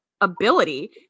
ability